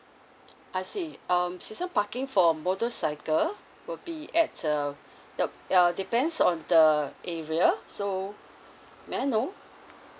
I see um season parking for motorcycle will be at uh depends on the area so may I know